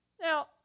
Now